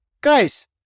Guys